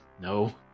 no